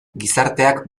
gizarteak